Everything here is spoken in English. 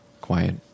quiet